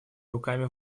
руками